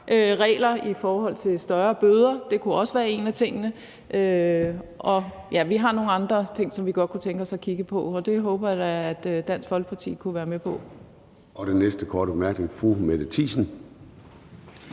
karensregler i forhold til større bøder. Det kunne også være en af tingene. Og ja, vi har nogle andre ting, som vi godt kunne tænke os at kigge på, og det håber jeg da Dansk Folkeparti kunne være med på. Kl. 11:13 Formanden (Søren